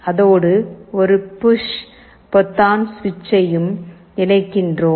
அதோடு ஒரு புஷ் பொத்தான் சுவிட்சையும் இணைக்கிறோம்